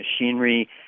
machinery